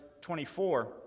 24